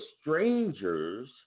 strangers